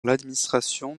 l’administration